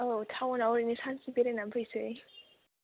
औ टाउनाव ओरैनो सानसे बेरायनानै फैनोसै